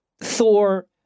Thor